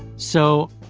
so,